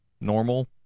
normal